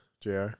Jr